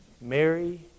Mary